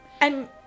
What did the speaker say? And-